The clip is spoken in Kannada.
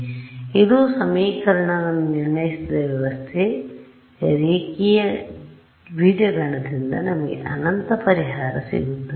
ಆದ್ದರಿಂದ ಇದು ಸಮೀಕರಣಗಳ ನಿರ್ಣಯಿಸದ ವ್ಯವಸ್ಥೆ ರೇಖೀಯ ಬೀಜಗಣಿತದಿಂದ ನಮಗೆ ಅನಂತ ಪರಿಹಾರ ಸಿಗುತ್ತದೆ